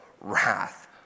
wrath